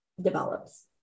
develops